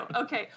Okay